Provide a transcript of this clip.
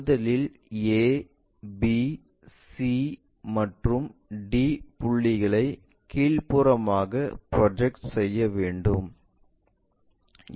முதலில் a b c மற்றும் d புள்ளிகளை கீழ்ப்புறமாக ப்ரொஜெக்ட் செய்ய வேண்டும்